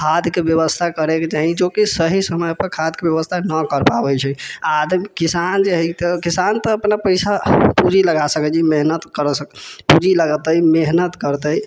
खादके व्यवस्था करैके चाही जोकि सही समयपर खादके व्यवस्था नहि कर पाबै छै आओर किसान जे है किसान तऽ अपना पैसा पूँजी लगा सकै मेहनत करऽ सकै पूँजी लगेतै मेहनत करतै